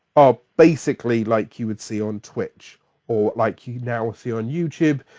are basically like you would see on twitch or like you now see on youtube,